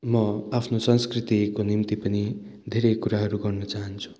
म आफ्नो संस्कृतिको निम्ति पनि धेरै कुराहरू गर्न चाहन्छु